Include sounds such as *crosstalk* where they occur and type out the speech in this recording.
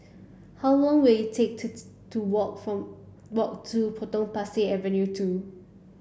how long will it take to *unintelligible* to walk from walk to Potong Pasir Avenue two